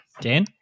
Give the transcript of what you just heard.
Dan